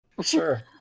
Sure